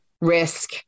risk